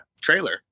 trailer